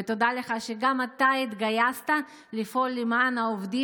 ותודה לך שגם אתה התגייסת לפעול למען העובדים